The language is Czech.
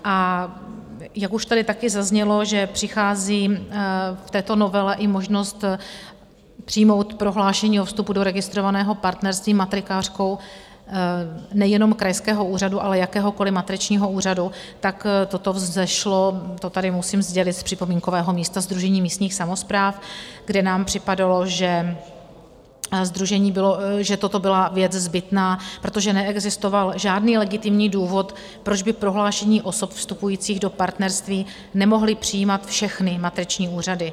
A jak už tady také zaznělo, že přichází v této novele i možnost přijmout prohlášení o vstupu do registrovaného partnerství matrikářkou nejenom krajského úřadu, ale jakéhokoliv matričního úřadu, toto vzešlo, to tady musím sdělit, z připomínkového místa Sdružení místních samospráv, kde nám připadalo, že toto byla věc zbytná, protože neexistoval žádný legitimní důvod, proč by prohlášení osob vstupujících do partnerství nemohly přijímat všechny matriční úřady.